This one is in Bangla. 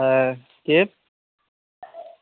হ্যাঁ কে